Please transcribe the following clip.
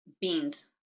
beans